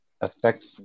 affects